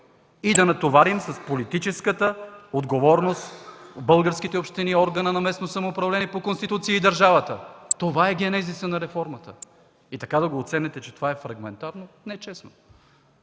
и да натоварим с политическа отговорност българските общини – органът на местното самоуправление по Конституцията, и държавата. Това е генезисът на реформата. И да го оценявате, че е фрагментарно, не е честно.